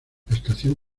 estación